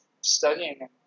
studying